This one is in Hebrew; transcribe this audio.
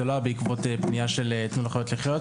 זה לא היה בעקבות תלונה של "תנו לחיות לחיות",